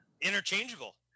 Interchangeable